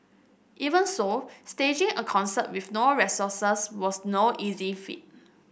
even so staging a concert with no resources was no easy feat